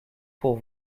pour